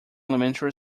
elementary